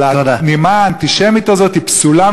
אבל הנימה האנטישמית הזאת היא פסולה,